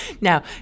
Now